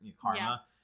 karma